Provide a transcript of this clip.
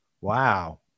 wow